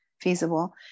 feasible